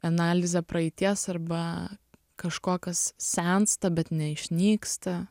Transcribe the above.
analizę praeities arba kažko kas sensta bet neišnyksta